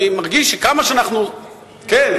אני מרגיש שכמה שאנחנו עושים,